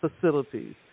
facilities